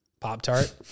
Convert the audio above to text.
Pop-Tart